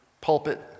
pulpit